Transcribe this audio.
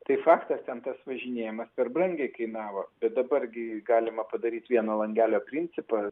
tai faktasten tas važinėjimas per brangiai kainavo bet dabar gi galima padaryti vieno langelio principą